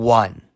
one